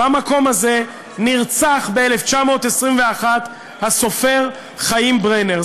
במקום הזה נרצח ב-1921 הסופר חיים ברנר.